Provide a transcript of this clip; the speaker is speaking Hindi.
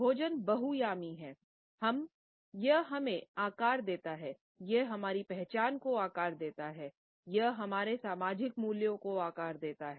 भोजन बहुआयामी है यह हमें आकार देता है यह हमारी पहचान को आकार देता है यह हमारे सामाजिक मूल्यों को आकार देता है